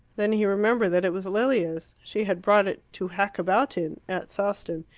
then he remembered that it was lilia's. she had brought it to hack about in at sawston,